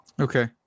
Okay